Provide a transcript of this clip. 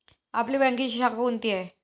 आपली बँकेची शाखा कोणती आहे